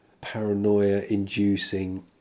paranoia-inducing